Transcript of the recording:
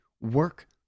Work